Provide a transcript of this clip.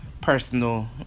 personal